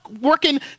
working